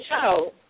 show